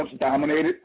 dominated